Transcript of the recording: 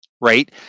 right